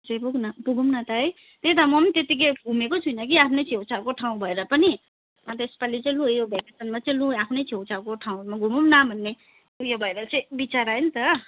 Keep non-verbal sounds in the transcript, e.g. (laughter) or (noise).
(unintelligible) पुगौँ न त है त्यही त म पनि त्यत्तिकै घुमेको छुइनँ कि आफ्नै छेउछाउकै ठाउँ भएर पनि अन्त यसपालि चाहिँ लु यो भेकेसनमा चाहिँ लु आफ्नै छेउछाउकै ठाउँहरूमा घुमौँ न भन्ने उयो भएर चाहिँ विचार आयो नि त